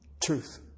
truth